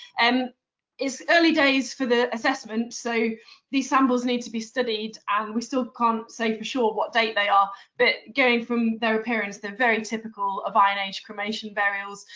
um it's early days for the assessment, so these samples need to be studied. and we still can't say for sure what date they are, but going from their appearance, they're very typical of iron-age cremation burials,